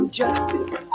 justice